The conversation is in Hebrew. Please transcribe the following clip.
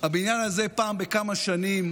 הבניין הזה פעם בכמה שנים